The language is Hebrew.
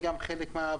דיברת על טבעת,